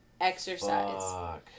exercise